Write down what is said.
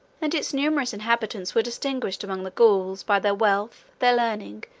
and its numerous inhabitants were distinguished among the gauls by their wealth, their learning,